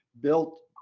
built